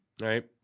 Right